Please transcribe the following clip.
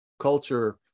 culture